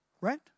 Right